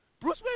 Bruce